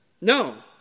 No